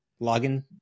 login